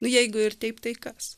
nu jeigu ir taip tai kas